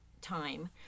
time